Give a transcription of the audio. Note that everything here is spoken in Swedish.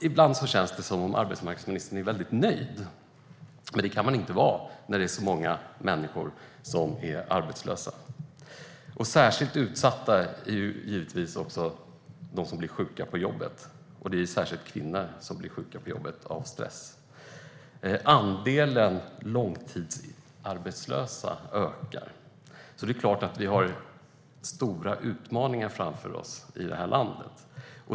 Ibland känns det som om arbetsmarknadsministern är väldigt nöjd, men det kan man inte vara när det är så många människor som är arbetslösa. Särskilt utsatta är givetvis de som blir sjuka på jobbet, och det är särskilt kvinnor som blir sjuka på jobbet - av stress. Andelen långtidsarbetslösa ökar, så det är klart att vi har stora utmaningar framför oss i det här landet.